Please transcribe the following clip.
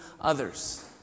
others